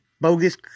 bogus